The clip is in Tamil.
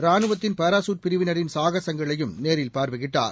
ராணுவத்தின் பாராசூட் பிரிவினரின் சாகசங்களையும் நேரில் பார்வையிட்டார்